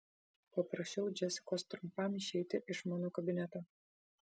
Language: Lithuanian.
paprašiau džesikos trumpam išeiti iš mano kabineto